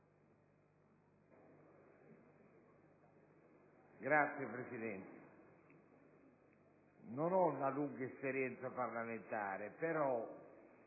Signor Presidente, non ho uno lunga esperienza parlamentare, però,